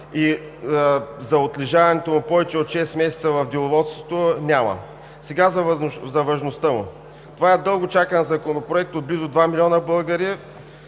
и за отлежаването му повече от шест месеца в Деловодството няма. Сега за важността му. Това е дълго чакан Законопроект от близо два милиона българи,